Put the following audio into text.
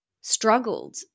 struggled